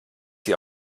sie